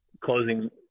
closing